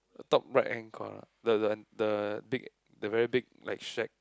top right hand corner the the the big the very big like shack